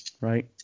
right